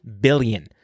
billion